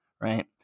Right